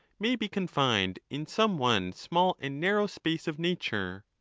may be confined in some one small and narrow space of nature.